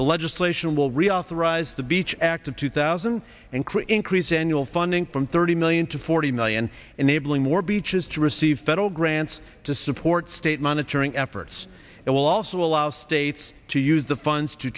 the legislation will reauthorize the beach act of two thousand and three increase annual funding from thirty million to forty million enabling more beaches to receive federal grants to support state monitoring efforts it will also allow states to use the funds to